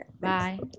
Bye